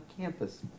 campus